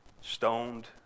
stoned